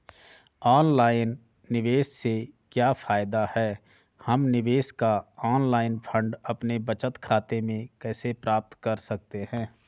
Online निवेश से क्या फायदा है हम निवेश का ऑनलाइन फंड अपने बचत खाते में कैसे प्राप्त कर सकते हैं?